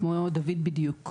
בדיוק כמו דוד מער"ן.